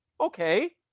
Okay